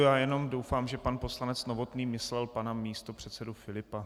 Já jenom doufám, že pan poslanec Novotný myslel pana místopředsedu Filipa.